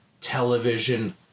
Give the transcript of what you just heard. television